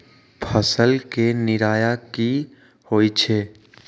फसल के निराया की होइ छई?